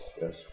yes